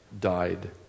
died